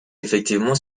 effectivement